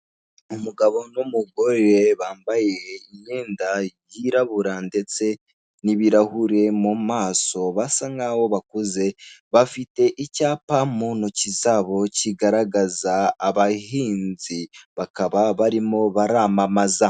Umugabo n'umugore bambaye imyenda yirabura, ndetse n'ibirahure mu maso, basa nkaho bakuze bafite icyapa mu ntoke zabo kigaragaza abahinzi bakaba barimo baramamaza.